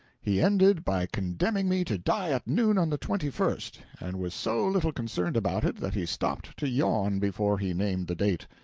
he ended by condemning me to die at noon on the twenty first and was so little concerned about it that he stopped to yawn before he named the date.